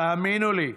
תאמינו לי,